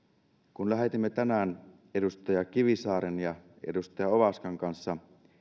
kun lähetimme tänään edustaja kivisaaren ja edustaja ovaskan kanssa